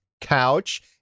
Couch